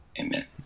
amen